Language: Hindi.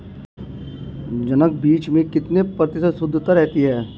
जनक बीज में कितने प्रतिशत शुद्धता रहती है?